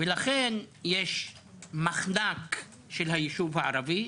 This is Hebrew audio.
ולכן יש מחנק של הישוב הערבי.